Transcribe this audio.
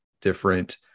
different